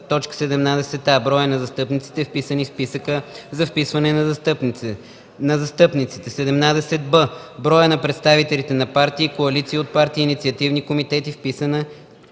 17г: „17а. броят на застъпниците, вписани в списъка за вписване на застъпниците; 17б. броят на представителите на партии, коалиции от партии и инициативни комитети, вписани